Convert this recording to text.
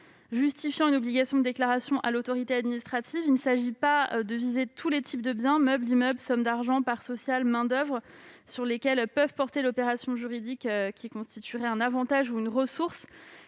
justifiant, ainsi, une obligation de déclaration à l'autorité administrative. De fait, il ne s'agit pas de viser tous les types de biens- meubles, immeubles, sommes d'argent, parts sociales ou prêts de main-d'oeuvre -sur lesquels peut porter l'opération juridique qui constituerait un avantage ou une ressource.